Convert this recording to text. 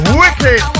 wicked